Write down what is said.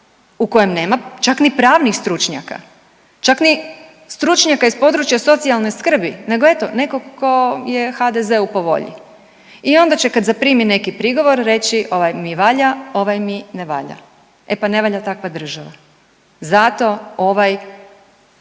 u kojem nema čak ni pravnih stručnjaka, čak ni stručnjaka iz područja socijalne skrbi nego eto nekog tko je HDZ-u po volji. I onda će kad zaprimi neki prigovor reći ovaj mi valja, ovaj mi ne valja. E pa ne valja takva država. Zato ovaj